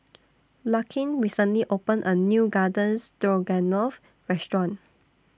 Larkin recently opened A New Garden Stroganoff Restaurant